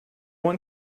one